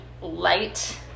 light